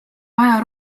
vaja